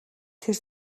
тэр